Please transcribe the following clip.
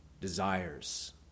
desires